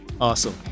awesome